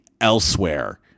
Elsewhere